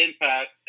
impact